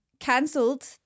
Cancelled